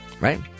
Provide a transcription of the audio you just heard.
Right